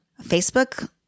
Facebook